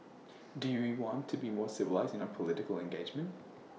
do we want to be more civilised in our political engagement